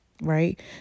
Right